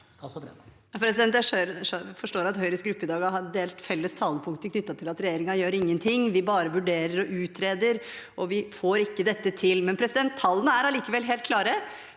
Jeg forstår at Høyres gruppe i dag har en del felles talepunkter knyttet til at regjeringen gjør ingenting, vi bare vurderer og utreder, og vi får ikke dette til. Tallene er allikevel helt klare: